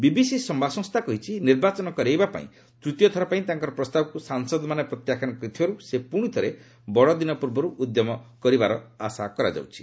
BBC ସମ୍ଭାଦ ସଂସ୍ଥା କହିଛି ନିର୍ବାଚନ କରିବା ପାଇଁ ତୂତୀୟଥର ପାଇଁ ତାଙ୍କର ପ୍ରସ୍ତାବକୁ ସାଂସଦମାନେ ପ୍ରତ୍ୟାଖ୍ୟାନ କରିଥିବାରୁ ସେ ପୁଣିଥରେ ବଡ଼ ଦିନ ପୂର୍ବରୁ ଉଦ୍ୟମ କରିବାର ଆଶା କରାଯାଉଛି